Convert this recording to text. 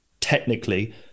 technically